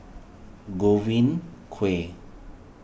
Godwin Koay